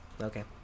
Okay